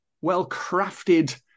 well-crafted